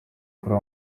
kuri